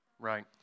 Right